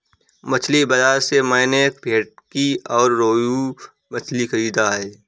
मछली बाजार से मैंने भेंटकी और रोहू मछली खरीदा है